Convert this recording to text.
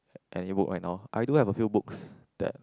any book right now I do have a few books that